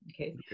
Okay